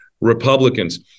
Republicans